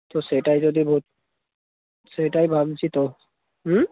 তো সেটায় যদি ভো সেটাই ভাবছি তো হুম